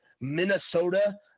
Minnesota